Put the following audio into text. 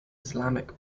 islamic